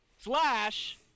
Slash